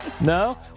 No